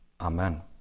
Amen